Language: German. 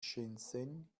shenzhen